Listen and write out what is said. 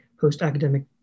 post-academic